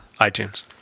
iTunes